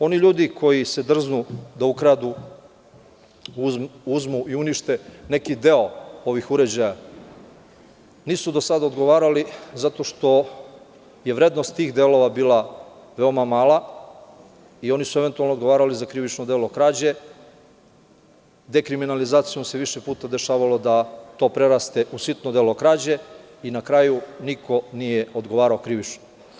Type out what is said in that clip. Oni ljudi koji se drznu da ukradu, uzmu i unište neki deo ovih uređaja, nisu do sada odgovarali zato što je vrednost tih delova bila veoma mala i oni su eventualno odgovarali za krivično delo krađe, dekriminalizacijom se više puta dešavalo da to preraste u sitno delo krađe i na kraju niko nije odgovarao krivično.